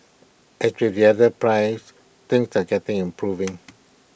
as with the other pries things are getting improving